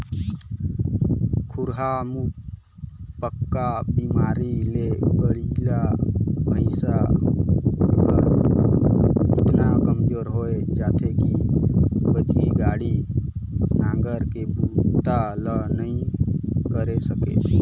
खुरहा मुहंपका बेमारी ले बइला भइसा हर एतना कमजोर होय जाथे कि बजनी गाड़ी, नांगर के बूता ल नइ करे सके